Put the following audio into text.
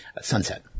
sunset